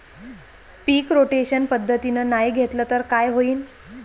पीक rotation पद्धतीनं नाही घेतलं तर काय होईन?